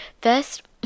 first